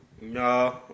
No